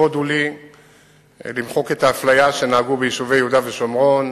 לכבוד הוא לי למחוק את האפליה שנהגו ביישובי יהודה ושומרון